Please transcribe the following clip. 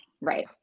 Right